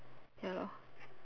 ya lor